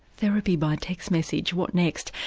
therapy by text message what next?